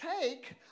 take